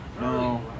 no